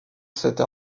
cette